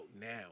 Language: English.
now